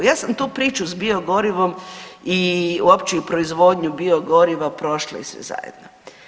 Ja sam tu priču s biogorivom i uopće i proizvodnju biogoriva prošla i sve zajedno.